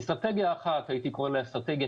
אסטרטגיה אחת הייתי קורא לה אסטרטגיה